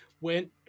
went